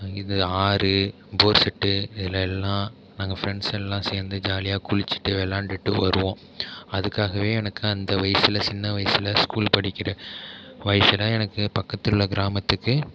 இது ஆறு போர்செட்டு இதில் எல்லாம் நாங்கள் ஃப்ரெண்ட்ஸெல்லாம் சேர்ந்து ஜாலியாக குளிச்சிவிட்டு விளாண்டுட்டு வருவோம் அதுக்காகவே எனக்கு அந்த வயிசில் சின்ன வயிசில் ஸ்கூல் படிக்கிற வயிசில் எனக்கு பக்கத்துள்ள கிராமத்துக்கு